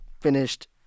finished